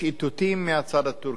יש איתותים מהצד הטורקי,